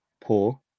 poor